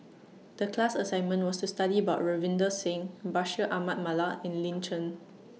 The class assignment was to study about Ravinder Singh Bashir Ahmad Mallal and Lin Chen